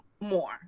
more